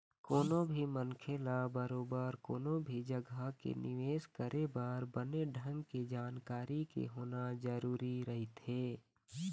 कोनो भी मनखे ल बरोबर कोनो भी जघा के निवेश करे बर बने ढंग के जानकारी के होना जरुरी रहिथे